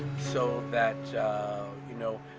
so that you know,